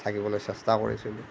থাকিবলৈ চেষ্টা কৰিছিলোঁ